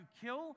kill